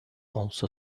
also